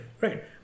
Right